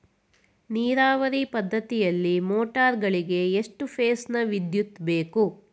ನೀರಾವರಿ ಪದ್ಧತಿಯಲ್ಲಿ ಮೋಟಾರ್ ಗಳಿಗೆ ಎಷ್ಟು ಫೇಸ್ ನ ವಿದ್ಯುತ್ ಬೇಕು?